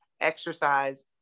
exercise